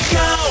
go